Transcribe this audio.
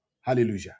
Hallelujah